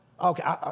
Okay